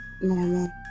normal